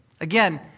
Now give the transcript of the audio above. Again